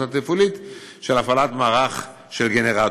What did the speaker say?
התפעולית של הפעלת מערך של גנרטורים.